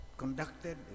conducted